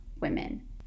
women